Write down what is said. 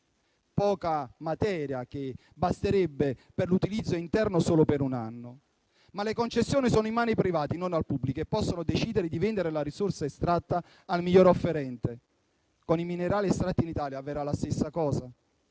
poca materia, che coprirebbe il fabbisogno interno solo per un anno. Le concessioni sono però in mano ai privati (e non al pubblico), che possono decidere di vendere la risorsa estratta al miglior offerente. Con i minerali estratti in Italia avverrà la stessa cosa: